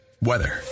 weather